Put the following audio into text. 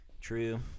true